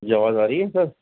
جی آواز آ رہی ہے سر